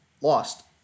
lost